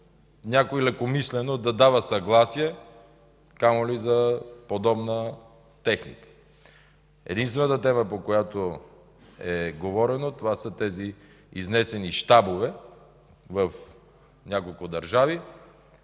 някой лекомислено да дава съгласие, камо ли за подобна техника. Единствената тема, по която е говорено, това са тези изнесени щабове в няколко държави,